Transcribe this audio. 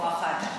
כוח אדם